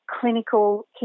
clinical